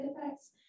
effects